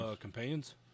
companions